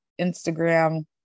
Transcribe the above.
Instagram